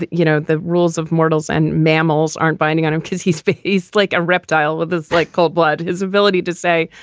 you know, the rules of mortals and mammal's aren't binding on him cause he's he's like a reptile with a slight coldblood. his ability to say,